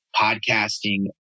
podcasting